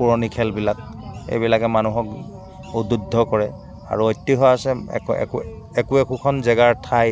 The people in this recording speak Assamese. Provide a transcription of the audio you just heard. পুৰণি খেলবিলাক এইবিলাকে মানুহক উদ্বোদ্ধ কৰে আৰু ঐতিহ্য আছে একো একোখন জেগাৰ ঠাই